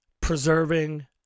preserving